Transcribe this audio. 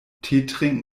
teetrinken